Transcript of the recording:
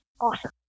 awesome